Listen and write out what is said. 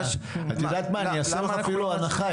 את יודעת מה, אני אעשה לך אפילו הנחה.